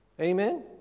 Amen